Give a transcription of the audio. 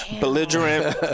belligerent